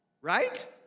Right